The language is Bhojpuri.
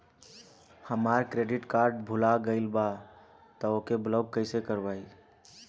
हमार क्रेडिट कार्ड भुला गएल बा त ओके ब्लॉक कइसे करवाई?